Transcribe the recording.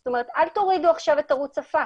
זאת אומרת, אל תורידו עכשיו את ערוץ הפקס.